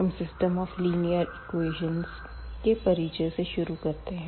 हम system of linear equations के परिचय से शुरुआत करते है